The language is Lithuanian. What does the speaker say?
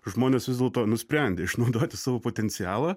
žmonės vis dėlto nusprendė išnaudoti savo potencialą